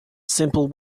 simple